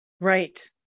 Right